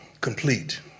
complete